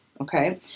Okay